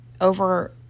over